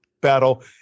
battle